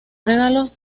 regalos